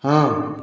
ହଁ